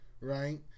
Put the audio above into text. right